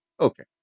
Okay